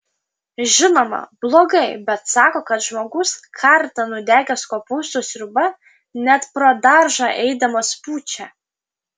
žinoma blogai bet sako kad žmogus kartą nudegęs kopūstų sriuba net pro daržą eidamas pučia